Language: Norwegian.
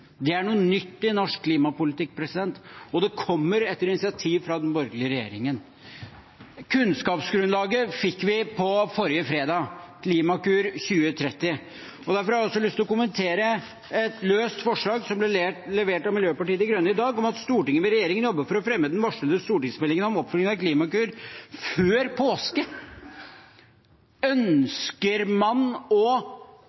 Det er noe nytt i norsk klimapolitikk, og det kommer etter initiativ fra den borgerlige regjeringen. Kunnskapsgrunnlaget fikk vi forrige fredag: Klimakur 2030. Derfor har jeg lyst til å kommentere et løst forslag som ble levert av Miljøpartiet De Grønne i dag, om at «Stortinget ber regjeringen jobbe for å fremme den varslede stortingsmeldingen om oppfølging av Klimakur 2030 før påske».